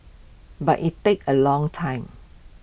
but IT takes A long time